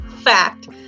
fact